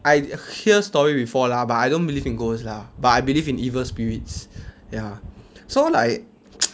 I hear story before lah but I don't believe in ghosts lah but I believe in evil spirits ya so like